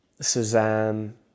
Suzanne